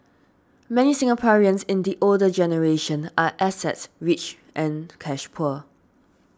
many Singaporeans in the older generation are assets rich and cash poor